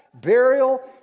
burial